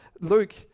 Luke